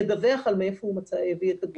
ידווח על מאיפה הוא הביא את הגור.